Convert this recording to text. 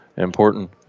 Important